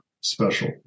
special